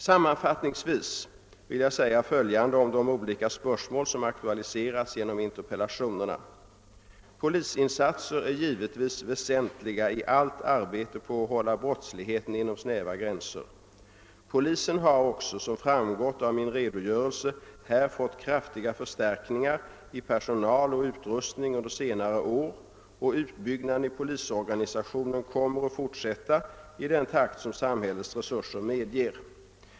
Sammanfattningsvis vill jag säga följande om de olika spörsmål som aktualiserats genom interpellationerna. Polisinsatser är givetvis väsentliga i allt arbete på att hålla brottsligheten inom snäva gränser. Polisen har också, som framgått av min redogörelse här, fått kraftiga förstärkningar i personal och utrustning under senare år, och utbyggnaden av polisorganisationen kommer att fortsätta i den takt som samhällets resurser medger.